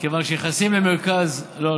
שמכיוון שיחסים הם מרכז, לא?